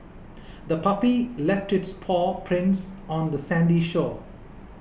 the puppy left its paw prints on the sandy shore